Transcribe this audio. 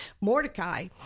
Mordecai